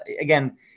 again